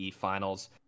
finals